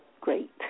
great